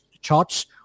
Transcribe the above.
charts